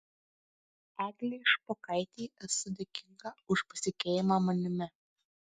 eglei špokaitei esu dėkinga už pasitikėjimą manimi